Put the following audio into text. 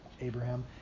Abraham